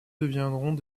deviendront